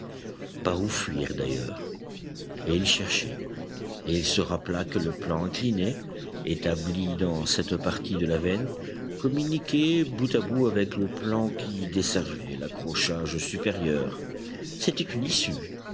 par où fuir d'ailleurs et il cherchait et il se rappela que le plan incliné établi dans cette partie de la veine communiquait bout à bout avec le plan qui desservait l'accrochage supérieur c'était une issue